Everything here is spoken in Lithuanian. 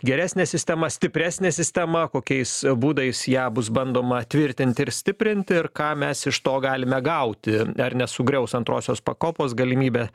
geresnė sistema stipresnė sistema kokiais būdais ją bus bandoma tvirtinti ir stiprinti ir ką mes iš to galime gauti ar nesugriaus antrosios pakopos galimybė